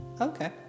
Okay